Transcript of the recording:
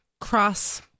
cross